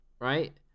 Right